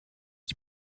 die